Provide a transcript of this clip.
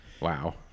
wow